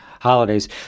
holidays